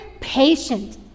Patient